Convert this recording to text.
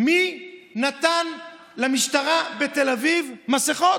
מי נתן למשטרה בתל אביב מסכות?